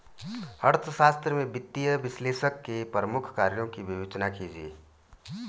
अर्थशास्त्र में वित्तीय विश्लेषक के प्रमुख कार्यों की विवेचना कीजिए